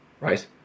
right